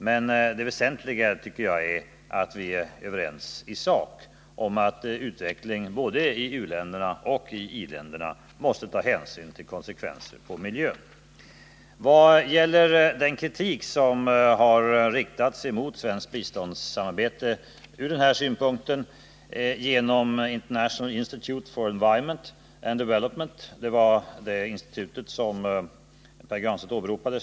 Men det väsentliga är enligt min mening att vi är överens i sak — vid utveckling både i u-länder och i i-länder måste hänsyn tas till konsekvenserna på miljön. En del kritik har från denna synpunkt riktats mot svenskt biståndssamarbete från International Institute for Environmental Development. — Det var det institut som Pär Granstedt åberopade.